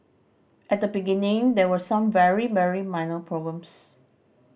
at the beginning there were some very very minor problems